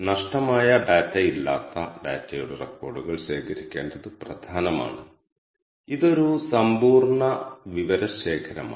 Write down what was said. structure ഫംഗ്ഷന്റെ വാക്യഘടന ഇനിപ്പറയുന്നതാണ്സ്ട്രക്ച്ചറും ആർഗ്യുമെന്റും ഒരു ആർ ഒബ്ജക്റ്റ് സ്ഥാപിക്കുന്നു